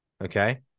Okay